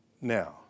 Now